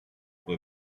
pour